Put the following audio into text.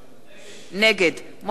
נגד משה כחלון,